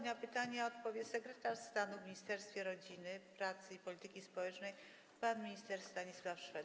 Na pytania odpowie sekretarz stanu w Ministerstwie Rodziny, Pracy i Polityki Społecznej pan minister Stanisław Szwed.